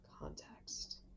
context